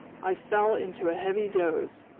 i fell into a heavy doze.